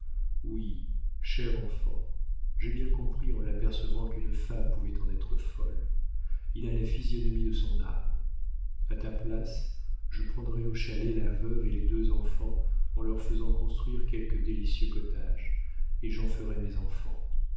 oui chère enfant j'ai bien compris en l'apercevant qu'une femme pouvait en être folle il a la physionomie de son âme a ta place je prendrais au chalet la veuve et les deux enfants en leur faisant construire quelque délicieux cottage et j'en ferais mes enfants